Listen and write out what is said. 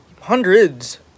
hundreds